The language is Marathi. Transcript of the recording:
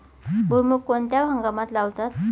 भुईमूग कोणत्या हंगामात लावतात?